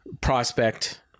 prospect